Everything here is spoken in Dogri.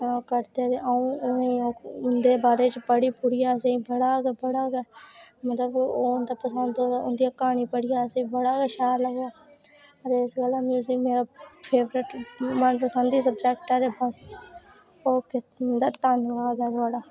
करदे ते उनेंगी उंदे बारे च असेंगी पढ़ियां बड़ा बड़ा गै पसंद औंदियां उंदियां कहानियां पढ़ियै असेंगी बड़ा गै शैल लगदा ते इस गल्ला म्युजिक मेरा फैेवरट मन पसंदी स्वजैक्ट ऐ ते बस होर धन्नवाद ऐ थोआड़ा